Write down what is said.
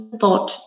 thought